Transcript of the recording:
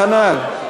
כנ"ל.